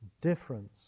difference